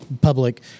Public